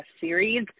series